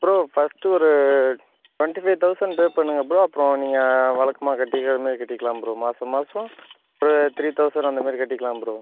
bro first ஒரு twenty five thousand pay பண்ணுங்க bro அப்புறம் நீங்கள் வழக்கமாக கட்டிக்கிற மாரி கட்டிக்கலாம் ப்ரோ மாசம் மாசம் ஒரு த்ரீ தெளசண்ட் அந்த மாரி கட்டிக்கலாம் ப்ரோ